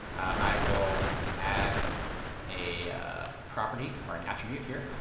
i will add a ah property or an attribute here.